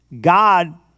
God